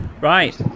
Right